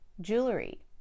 jewelry